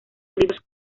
libros